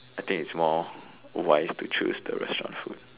I think it's more wise to choose the restaurant food